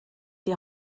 die